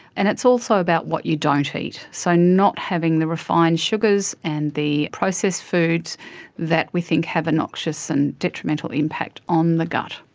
and it's also about what you don't eat, so not having the refined sugars and the processed foods that we think have a noxious and detrimental impact on the gut.